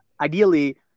ideally